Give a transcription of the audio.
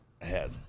ahead